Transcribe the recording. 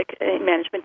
management